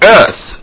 earth